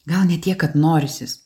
gal ne tiek kad norisis